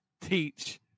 teach